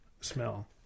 smell